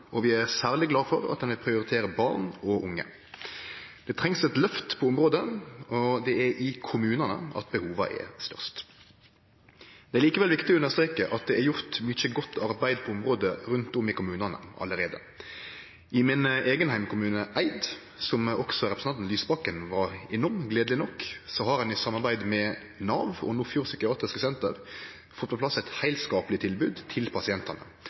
og vi er særleg glade for at ein prioriterer barn og unge. Vi treng eit lyft på området, og det er i kommunane at behova er størst. Det er likevel viktig å understreke at det er gjort mykje godt arbeid på området rundt om i kommunane allereie. I min eigen heimkommune, Eid, som også representanten Lysbakken var innom – gledeleg nok – har ein i samarbeid med Nav og Nordfjord Psykiatrisenter fått på plass eit heilskapleg tilbod til pasientane